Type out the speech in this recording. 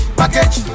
package